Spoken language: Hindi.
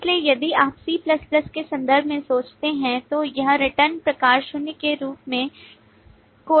इसलिए यदि आप C के संदर्भ में सोचते हैं तो यह रिटर्न प्रकार शून्य के रूप में कोडित किया जाएगा